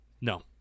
No